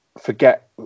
forget